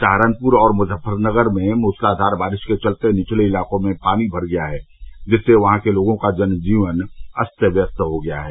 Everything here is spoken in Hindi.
सहारनपुर और मुजफ्फरनगर में मूसलाधार बारिश के चलते निचले इलाकों में पानी भर गया है जिससे वहां के लोगों का जीवन अस्त व्यस्त हो गया है